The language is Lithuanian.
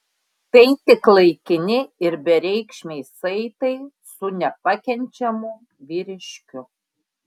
tai tik laikini ir bereikšmiai saitai su nepakenčiamu vyriškiu